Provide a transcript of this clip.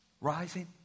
rising